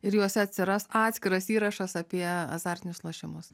ir juose atsiras atskiras įrašas apie azartinius lošimus